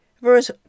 Verse